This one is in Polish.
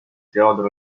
theodor